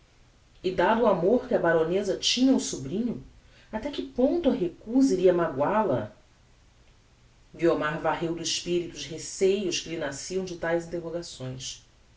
e dado o amor que a baroneza tinha ao sobrinho até que ponto a recusa iria magoal a guiomar varreu do espirito os receios que lhe nasciam de taes interrogações